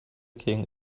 king